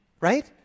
right